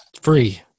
Free